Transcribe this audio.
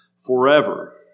forever